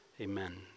amen